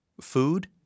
Food